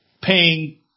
paying